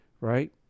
Right